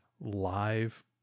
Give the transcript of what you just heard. live